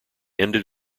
ended